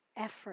effort